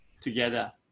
together